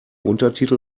untertitel